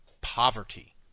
poverty